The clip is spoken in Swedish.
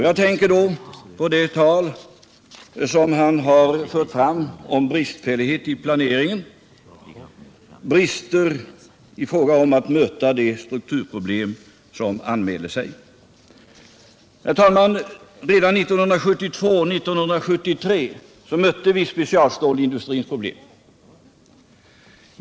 Jag tänker då på det tal som han fört om bristfällighet i planeringen, brister i fråga om att möta de strukturproblem som anmäler sig. Redan 1972-1973 mötte vi specialstålindustrins problem.